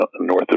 north